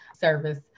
service